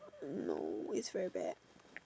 no is very bad